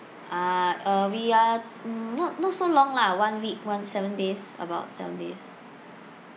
uh uh we are mm not not so long lah one week one seven days about seven days